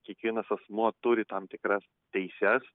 kiekvienas asmuo turi tam tikras teises